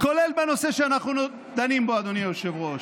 כולל בנושא שאנחנו דנים בו, אדוני היושב-ראש.